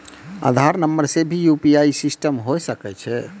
आधार नंबर से भी यु.पी.आई सिस्टम होय सकैय छै?